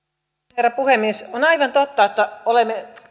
herra puhemies on aivan totta että olemme